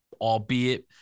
albeit